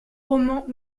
roman